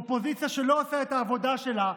אופוזיציה שלא עושה את העבודה שלה,